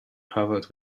covered